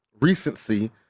recency